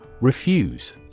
Refuse